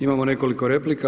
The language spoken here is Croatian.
Imamo nekoliko replika.